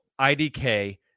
IDK